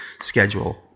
schedule